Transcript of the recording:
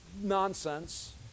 nonsense